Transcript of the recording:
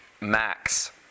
Max